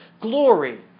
glory